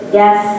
yes